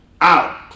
out